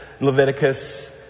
Leviticus